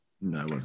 No